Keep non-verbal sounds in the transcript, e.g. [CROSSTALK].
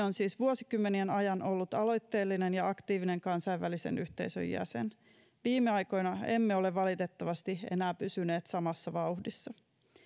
[UNINTELLIGIBLE] on siis vuosikymmenien ajan ollut aloitteellinen ja aktiivinen kansainvälisen yhteisön jäsen viime aikoina emme ole valitettavasti enää pysyneet samassa vauhdissa